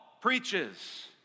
preaches